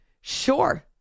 Sure